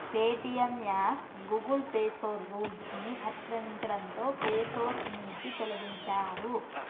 Paytm app Google play store rules ని అతిక్రమించడంతో play store నుంచి తొలగించారు